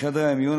בחדרי המיון,